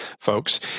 folks